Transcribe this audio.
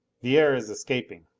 the air is escaping.